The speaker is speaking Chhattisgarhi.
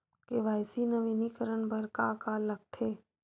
के.वाई.सी नवीनीकरण बर का का लगथे?